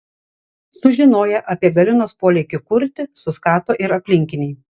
sužinoję apie galinos polėkį kurti suskato ir aplinkiniai